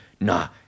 Nah